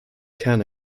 can